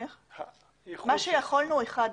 מה שיכולנו, איחדנו.